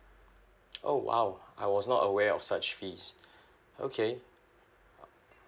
oh !wow! I was not aware of such fees okay